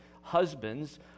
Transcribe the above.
Husbands